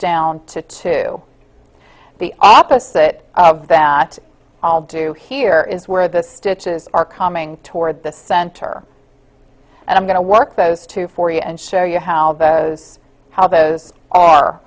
down to two the opposite of that i'll do here is where the stitches are coming toward the center and i'm going to work those two for you and show you how those how those a